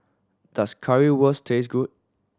does Currywurst taste good